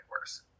worse